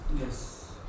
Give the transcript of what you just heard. Yes